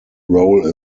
role